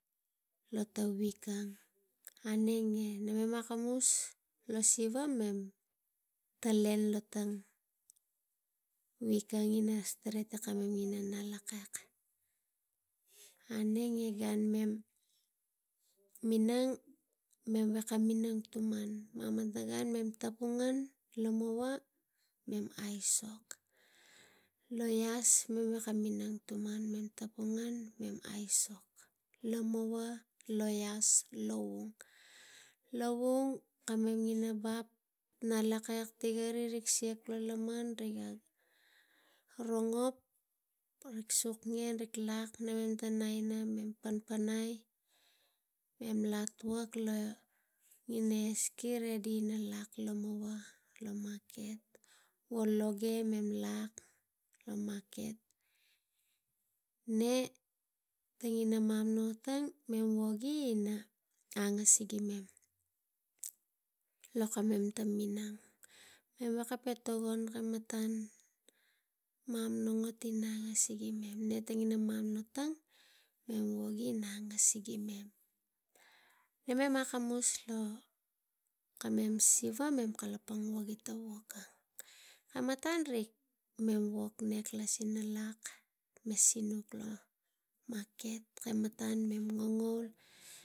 Lo tang wik ang aneng e mem kamus lo siva e mem taleng lo tang wik ang ina streti mem ina nalakek. Anenge gan, mem minang mem veko minang tuman. Mamana gan mem ngen lomoua, mem aisok lo ias mem minang tuman tapu ngen mem wok, lomoua, lo ias e loge, e lovung. Lovung kamem tang ina vap, ngalakek tigari rik siak lo laman riga rongok e rik suk ien lak e mem tang naina mem nai mem latuak lo ina eski redi ina lak lo maket wo loge mem lak lo maket. Ne ina mamana ot tang mem wogi ina a nga sigi mem lo kamem tang minang. Mem veko po tokon kamatan mamana ot ina pisingim mem otang mem wogi nga sigi mem. Na mem akamus wo kamem siva kipang wo gi tavok, kamatan mem lak sinuk lo maket e mem katangan ng ngaul.